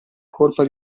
colpa